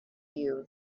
you